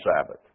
Sabbath